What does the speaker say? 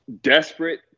desperate